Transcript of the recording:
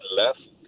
left